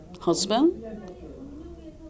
husband